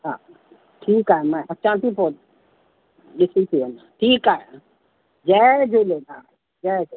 हा ठीकु आहे मां अचां ती पोइ ॾिसी थी वञा ठीकु आहे जय झूलेलाल जय